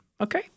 Okay